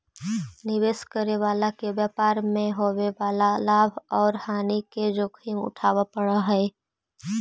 निवेश करे वाला के व्यापार मैं होवे वाला लाभ औउर हानि के जोखिम उठावे पड़ऽ हई